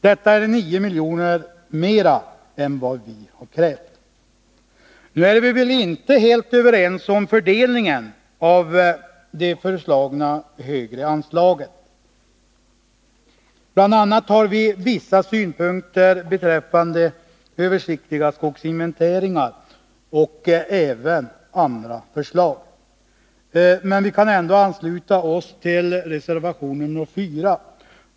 Detta är 9 milj.kr. mera än vad vi krävt. Nu är vi väl inte helt överens om fördelningen av det föreslagna högre anslaget. Vi har vissa synpunkter beträffande översiktliga skogsinventeringar och även beträffande andra förslag, men vi kan ändå ansluta oss till reservation nr 4.